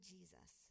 Jesus